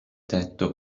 tetto